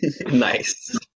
Nice